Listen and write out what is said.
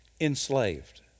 enslaved